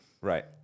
Right